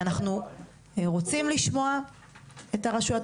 אנחנו רוצים לשמוע את הרשויות,